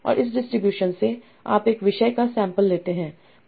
और इस डिस्ट्रीब्यूशन से आप एक विषय का सैंपल लेते हैं